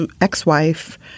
ex-wife